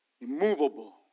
immovable